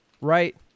right